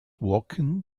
walking